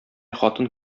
хатын